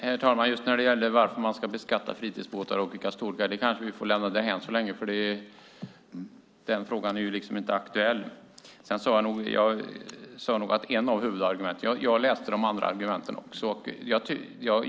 Herr talman! Frågan varför man ska beskatta fritidsbåtar av olika storlek kanske vi får lämna därhän så länge eftersom den inte är aktuell just nu. Jag sade nog "ett av huvudargumenten" och räknade också upp de andra argumenten.